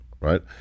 right